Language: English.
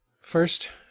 First